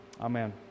amen